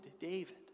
David